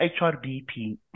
HRBP